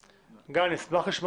בעייתיות.